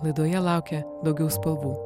laidoje laukia daugiau spalvų